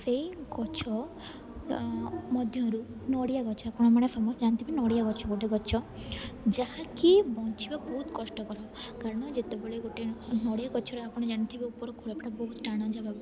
ସେଇ ଗଛ ମଧ୍ୟରୁ ନଡ଼ିଆ ଗଛ ଆପଣ ମାନେ ସମସ୍ତେ ଜାଣିଥିବେ ନଡ଼ିଆ ଗଛ ଗୋଟେ ଗଛ ଯାହାକି ବଞ୍ଚିବା ବହୁତ କଷ୍ଟକର କାରଣ ଯେତେବେଳେ ଗୋଟେ ନଡ଼ିଆ ଗଛରେ ଆପଣ ଜାଣିଥିବେ ଉପର ଖୋଳପାଟା ବହୁତ ଟାଣ